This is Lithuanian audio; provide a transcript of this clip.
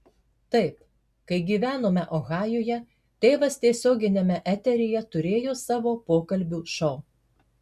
taip kai gyvenome ohajuje tėvas tiesioginiame eteryje turėjo savo pokalbių šou